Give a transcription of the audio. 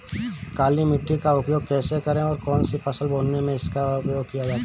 काली मिट्टी का उपयोग कैसे करें और कौन सी फसल बोने में इसका उपयोग किया जाता है?